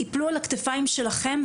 יפלו על הכתפיים שלכם,